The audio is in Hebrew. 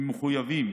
הם מחויבים